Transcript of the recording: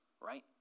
right